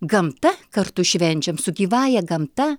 gamta kartu švenčiam su gyvąja gamta